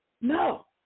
No